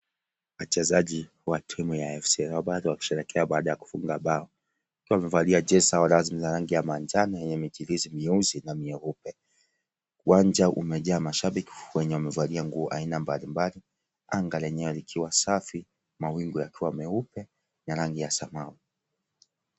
Wachezaji wa timu ya AFC Leopards wakisherehekea baada ya kufunga bao wakiwa wamevalia jezi zao rasmi za raangi ya manjano yenye michirizi mieusi na mieupe . Uwanja umejaa mashabiki wenye wamevalia nguo aina mbalimbali anga lenyewe likiwa safi mawingu yakiwa safi ya rangi ya samawi.